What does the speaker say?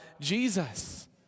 Jesus